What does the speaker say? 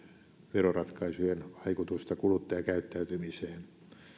veroratkaisujen vaikutusta kuluttajakäyttäytymiseen